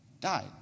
died